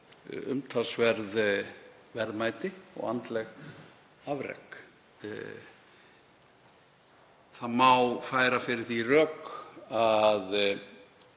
umtalsverð verðmæti og andleg afrek. Það má færa fyrir því rök að